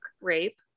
rape